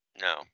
No